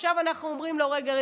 אנחנו אומרים לו: רגע,